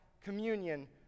communion